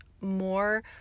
more